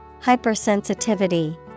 Hypersensitivity